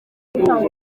yabo